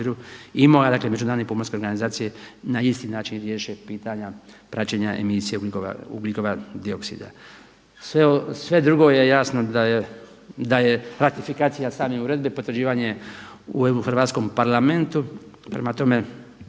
mora i Međunarodne pomorske organizacije na isti način riješe pitanja praćenja emisije ugljikova dioksida. Sve drugo je jasno da je ratifikacija same uredbe potvrđivanje EU u hrvatskom Parlamentu,